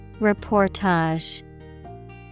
Reportage